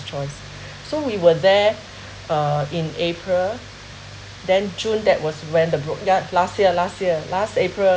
choice so we were there uh in april then june that was when the prot~ yeah last year last year last april